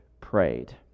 prayed